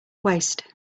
waist